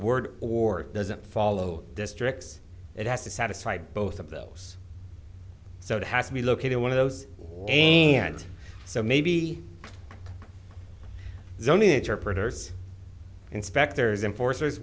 word or doesn't follow districts it has to satisfy both of those so it has to be located in one of those and so maybe the only major producers inspectors in force